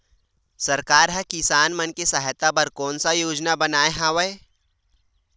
सरकार हा किसान मन के सहायता बर कोन सा योजना बनाए हवाये?